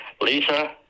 Lisa